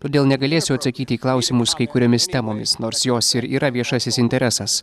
todėl negalėsiu atsakyti į klausimus kai kuriomis temomis nors jos ir yra viešasis interesas